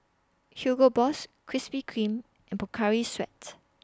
Hugo Boss Krispy Kreme and Pocari Sweat